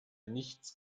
nichts